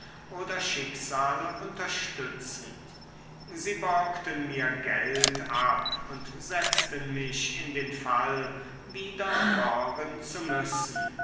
oder schicksale unterstützend sie borgten mir geld ab und setzten mich in den fall wieder borgen zu müssen